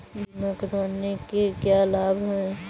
बीमा करवाने के क्या क्या लाभ हैं?